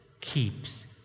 keeps